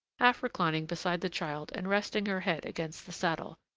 half-reclining beside the child and resting her head against the saddle.